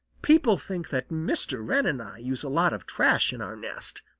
people think that mr. wren and i use a lot of trash in our nest.